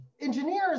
engineers